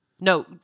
No